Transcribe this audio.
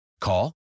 Call